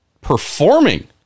performing